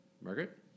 Margaret